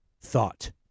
thought